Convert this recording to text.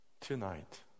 Tonight